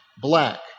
Black